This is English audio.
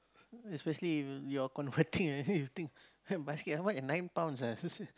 especially if you you are converting and then you think basket how much ah nine pounds ah still say